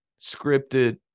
scripted